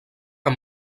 amb